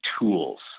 tools